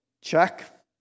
Check